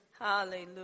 Hallelujah